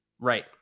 Right